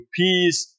peace